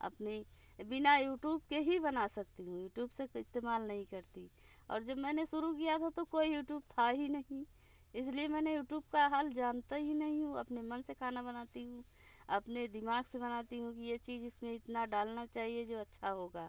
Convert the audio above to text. अपनी बिना यूटूब के ही बना सकती हूँ यूटूब से का इस्तेमाल नहीं करती और जब मैंने शुरू किया था तो कोई यूटूब था ही नहीं इसलिए मैंने यूटूब का हाल जानता ही नहीं हूँ अपने मन से खाना बनाती हूँ अपने दिमाग से बनाती हूँ कि ये चीज इसमें इतना डालना चाहिए जो अच्छा होगा